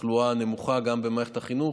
תחלואה נמוכה גם במערכת החינוך.